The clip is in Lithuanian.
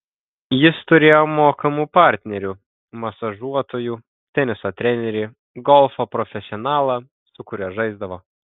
jis turėjo mokamų partnerių masažuotojų teniso trenerį golfo profesionalą su kuriuo žaisdavo